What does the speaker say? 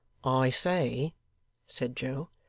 i say said joe,